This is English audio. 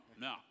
No